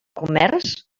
comerç